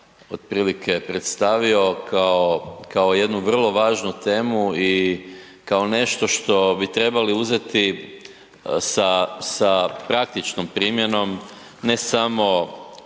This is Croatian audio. otprilike predstavio kao, kao jednu vrlo važnu temu i kao nešto što bi trebali uzeti sa, sa praktičnom primjenom, ne samo